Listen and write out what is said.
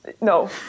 No